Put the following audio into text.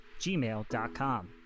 gmail.com